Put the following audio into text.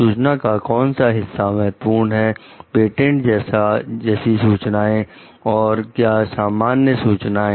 सूचना का कौन सा हिस्सा महत्वपूर्ण है पेटेंट जैसी सूचनाएं और क्या सामान्य सूचनाएं